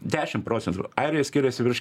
dešim procentų airija skiriasi virš